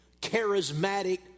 charismatic